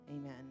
Amen